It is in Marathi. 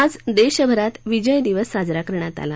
आज देशभरात विजय दिवस साजरा करण्यात आला